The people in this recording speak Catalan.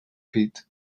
pit